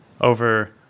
over